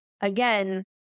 again